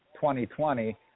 2020